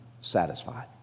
satisfied